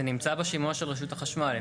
זה נמצא בשימוע של רשות החשמל.